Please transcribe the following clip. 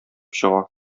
чыга